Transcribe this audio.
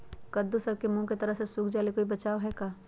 कददु सब के मुँह के तरह से सुख जाले कोई बचाव है का?